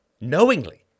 knowingly